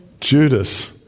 Judas